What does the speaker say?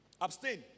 Abstain